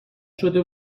شده